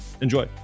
Enjoy